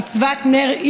מצוות נר,